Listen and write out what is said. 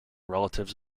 relatives